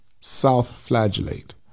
self-flagellate